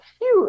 huge